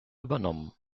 übernommen